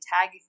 tag